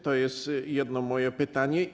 To jest jedno moje pytanie.